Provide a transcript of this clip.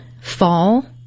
fall